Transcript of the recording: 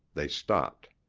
they stopped.